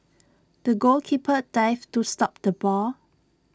the goalkeeper dived to stop the ball